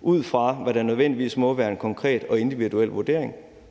ud fra hvad der nødvendigvis må være en konkret og individuel vurdering,